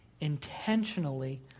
intentionally